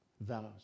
Vows